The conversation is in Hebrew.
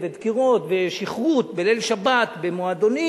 דקירות ושכרות בליל שבת במועדונים,